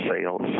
sales